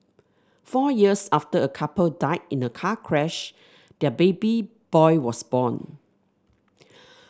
four years after a couple died in a car crash their baby boy was born